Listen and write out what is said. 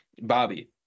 Bobby